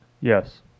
Yes